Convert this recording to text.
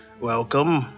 welcome